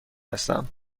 هستم